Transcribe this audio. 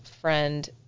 friend